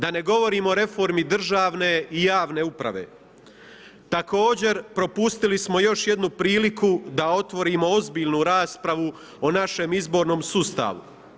Da ne govorim o reformi državne i javne uprave, također propustili smo još jednu priliku da otvorimo ozbiljnu raspravu o našem izbornom sustavu.